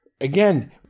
again